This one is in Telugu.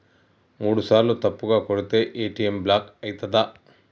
మూడుసార్ల తప్పుగా కొడితే ఏ.టి.ఎమ్ బ్లాక్ ఐతదా?